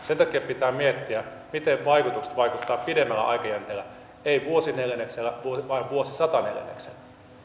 sen takia pitää miettiä miten vaikutukset vaikuttavat pidemmällä aikajänteellä ei vuosineljänneksellä vaan vuosisataneljänneksellä